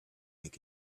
make